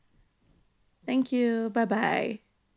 thank you bye bye